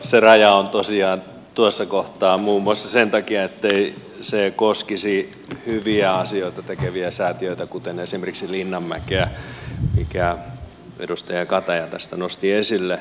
se raja on tosiaan tuossa kohtaa muun muassa sen takia ettei se koskisi hyviä asioita tekeviä säätiöitä kuten esimerkiksi linnanmäkeä minkä edustaja kataja tästä nosti esille